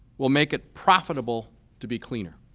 will make it profitable to be cleaner.